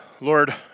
Lord